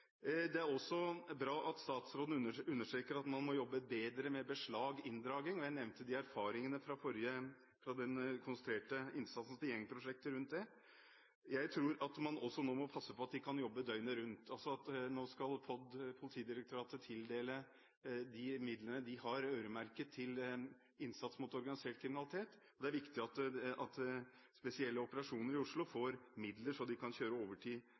Det er også bra at statsråden understreker at man må jobbe bedre med beslag og inndraging. Jeg nevnte erfaringene fra den konsentrerte innsatsen til gjengprosjektet rundt dette. Jeg tror man nå også må sørge for at de kan jobbe døgnet rundt. Nå skal POD, Politidirektoratet, tildele midlene de har øremerket til innsats mot organisert kriminalitet, og det er viktig at spesielle operasjoner i Oslo får midler så de kan jobbe overtid